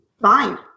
fine